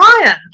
Ryan